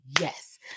yes